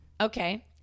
Okay